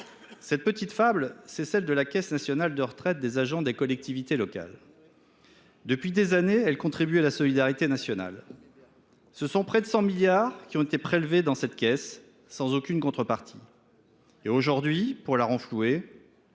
Cette petite fable, c’est l’histoire de la Caisse nationale de retraites des agents des collectivités locales (CNRACL). Depuis des années, celle ci contribue à la solidarité nationale. Ce sont près de 100 milliards d’euros qui ont été prélevés dans cette caisse, et ce sans aucune contrepartie. Et aujourd’hui, pour la renflouer,